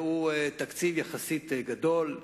הוא תקציב יחסית גדול,